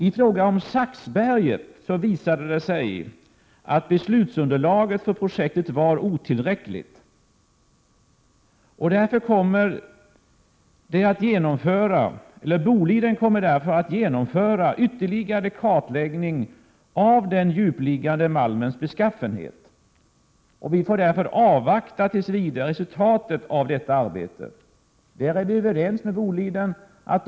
I fråga om Saxberget visade det sig att beslutsunderlaget för projektet var otillräckligt. Boliden kommer därför att genomföra ytterligare kartläggning 73 av den djupliggande malmens beskaffenhet. Vi får tills vidare avvakta resultatet av detta arbete. Vi är överens med Boliden när det gäller detta projekt.